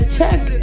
check